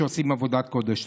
שעושים עבודת קודש.